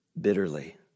bitterly